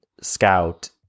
Scout